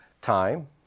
Time